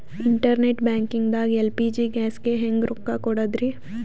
Internet banking ದಾಗ LPG ಗ್ಯಾಸ್ಗೆ ಹೆಂಗ್ ರೊಕ್ಕ ಕೊಡದ್ರಿ?